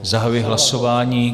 Zahajuji hlasování.